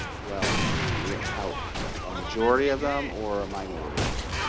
well yeah how a majority of them or a minority of them?